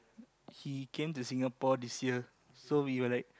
he came to Singapore this year so we were like